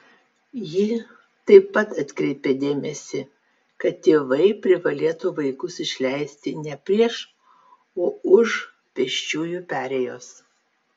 ji taip pat atkreipė dėmesį kad tėvai privalėtų vaikus išleisti ne prieš o už pėsčiųjų perėjos